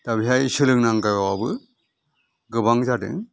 दा बेहाय सोलोंनांगौवाबो गोबां जादों